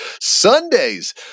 Sundays